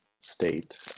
state